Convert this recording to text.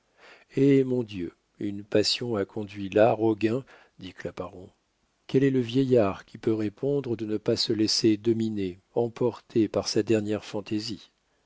eh mon dieu une passion a conduit là roguin dit claparon quel est le vieillard qui peut répondre de ne pas se laisser dominer emporter par sa dernière fantaisie